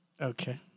Okay